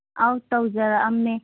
ꯑꯥꯎ ꯇꯧꯖꯔꯛꯑꯝꯃꯦ